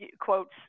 quotes